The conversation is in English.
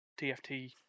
TFT